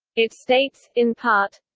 it states, in part